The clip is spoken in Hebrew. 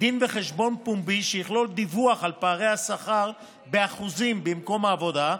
דין וחשבון פומבי שיכלול דיווח על פערי השכר באחוזים במקום העבודה.